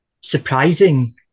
surprising